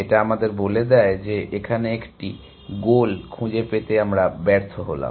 এটা আমাদের বলে দেয় যে এখানে একটি গোল খুঁজে পেতে আমরা ব্যর্থ হলাম